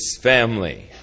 family